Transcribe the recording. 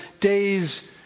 days